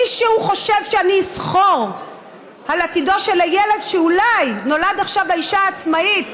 מישהו חושב שאני אסחר על עתידו של הילד שאולי נולד עכשיו לאשה עצמאית,